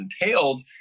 entailed